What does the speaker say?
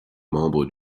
membre